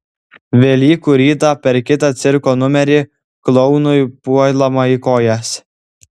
velykų rytą per kitą cirko numerį klounui puolama į kojas